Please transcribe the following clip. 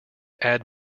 add